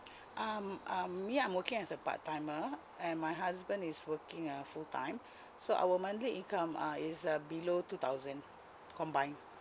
um um me I'm working as a part timer and my husband is working uh full time so our monthly income uh is uh below two thousand combined